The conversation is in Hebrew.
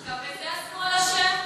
גם בזה השמאל אשם?